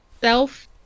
self